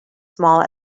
small